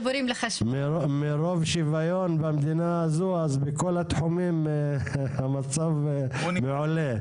מרוב שוויון במדינה הזאת אז בכל התחומים המצב מעולה.